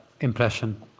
impression